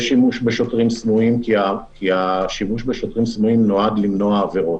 יש שימוש בשוטרים סמויים כי השימוש בשוטרים סמויים נועד למנוע עבירות.